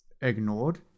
ignored